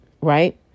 Right